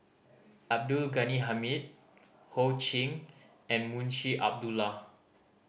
Abdul Ghani Hamid Ho Ching and Munshi Abdullah